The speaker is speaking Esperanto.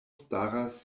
staras